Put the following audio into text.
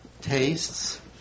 tastes